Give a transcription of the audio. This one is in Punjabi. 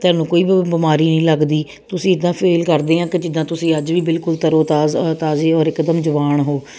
ਤੁਹਾਨੂੰ ਕੋਈ ਵੀ ਬਿਮਾਰੀ ਨਹੀਂ ਲੱਗਦੀ ਤੁਸੀਂ ਇੱਦਾਂ ਫੀਲ ਕਰਦੇ ਆ ਕਿ ਜਿੱਦਾਂ ਤੁਸੀਂ ਅੱਜ ਵੀ ਬਿਲਕੁਲ ਤਰੋ ਤਾਜ਼ਾ ਤਾਜ਼ੇ ਔਰ ਇਕਦਮ ਜਵਾਨ ਹੋ